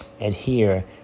adhere